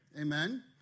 Amen